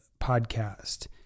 podcast